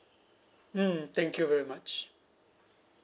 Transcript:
mm thank you very much